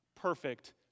perfect